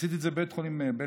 עשיתי את זה בבית חולים בילינסון.